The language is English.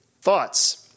Thoughts